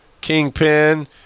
Kingpin